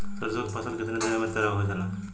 सरसों की फसल कितने दिन में तैयार हो जाला?